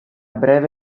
breve